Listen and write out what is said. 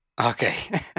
Okay